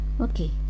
Okay